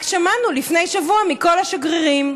רק שמענו לפני שבוע מכל השגרירים